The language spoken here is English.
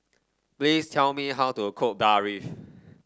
please tell me how to cook Barfi